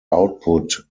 output